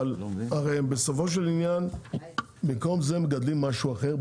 אבל בסופו של עניין הם במקום זה מגדלים משהו אחר,